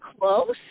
close